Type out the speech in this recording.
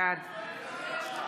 בעד תתבייש לך,